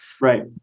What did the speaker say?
Right